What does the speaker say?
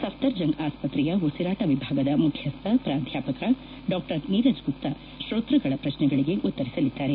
ಸಫ್ಲರ್ಜಂಗ್ ಆಸ್ತ್ರೆಯ ಉಸಿರಾಟ ವಿಭಾಗದ ಮುಖ್ಯಸ್ಥ ಪ್ರಾಧ್ವಾಪಕ ಡಾ ನೀರಜ್ ಗುಪ್ತ ಶ್ರೋತ್ಪಗಳ ಪ್ರಶ್ನೆಗಳಿಗೆ ಉತ್ತರಿಸಲಿದ್ದಾರೆ